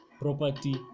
property